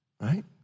right